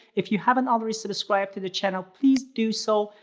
if you haven't already subscribed to the channel, please do so.